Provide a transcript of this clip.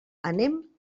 anem